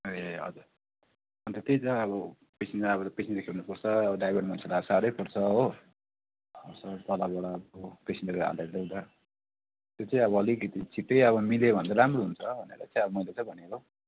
ए हजुर अन्त त्यही त अब पेसेन्जर अब पेसेन्जर खेप्नुपर्छ आबो ड्राइभर मान्छेलाई अब साह्रै पर्छ हो यसो तलबाट अब पेसेन्जर हालेर ल्याउँदा त्यो चाहिँ अब अलिकिति छिट्टै अब मिल्यो भने त राम्रो हुन्छ भनेर चाहिँ अब मैले चाहिँ भनेको